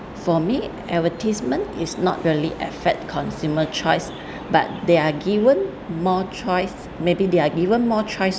for me advertisement is not really affect consumer choice but they are given more choice maybe they are given more choice